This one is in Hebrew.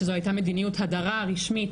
שזו הייתה מדיניות הדרה רשמית,